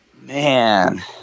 man